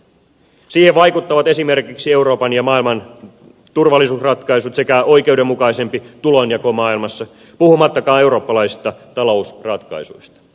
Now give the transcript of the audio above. siihen vaikuttavat esimerkiksi euroopan ja maailman turvallisuusratkaisut sekä oikeudenmukaisempi tulonjako maailmassa puhumattakaan eurooppalaisista ta lousratkaisuista